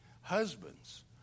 Husbands